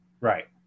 Right